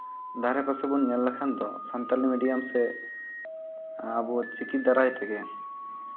ᱫᱷᱟᱨᱮ ᱯᱟᱥᱮ ᱵᱚᱱ ᱧᱮᱞ ᱞᱮᱠᱷᱟᱱ ᱫᱚ ᱥᱟᱱᱛᱟᱲᱤ ᱢᱤᱰᱤᱭᱟᱢ ᱥᱮ ᱟᱵᱚ ᱪᱤᱠᱤ ᱫᱟᱨᱟᱭ ᱛᱮᱜᱮ